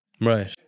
Right